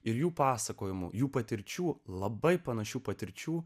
ir jų pasakojimų jų patirčių labai panašių patirčių